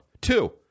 Two